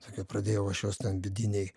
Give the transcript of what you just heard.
tai kai pradėjau aš juos ten vidiniai